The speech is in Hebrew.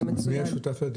הוטמעו בנוסח.